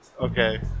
Okay